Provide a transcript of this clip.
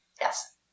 yes